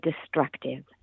destructive